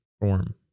Form